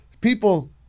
people